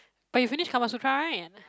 but you finish Kamasutra right